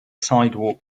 sidewalk